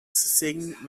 sing